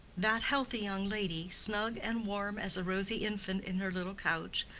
that healthy young lady, snug and warm as a rosy infant in her little couch,